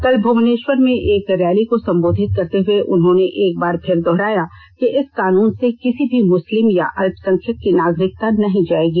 कल भुवनेश्वर में एक रैली को संबोधित करते हए उन्होंने एक बार फिर दोहराया कि इस कानून से किसी भी मुस्लिम या अल्पसंख्यक की नागरिकता नहीं जाएगी